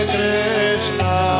Krishna